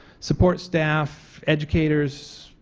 support staff, educators,